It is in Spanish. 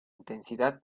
intensidad